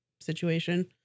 situation